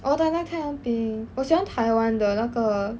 哦大大太阳饼我喜欢台湾的那个